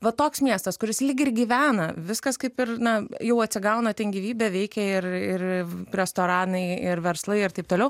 va toks miestas kuris lyg ir gyvena viskas kaip ir na jau atsigauna ten gyvybė veikia ir ir restoranai ir verslai ir taip toliau